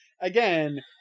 again